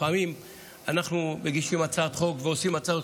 לפעמים אנחנו מגישים הצעת חוק ועושים הצעות.